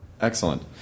excellent